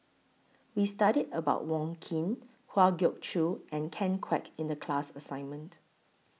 We studied about Wong Keen Kwa Geok Choo and Ken Kwek in The class assignment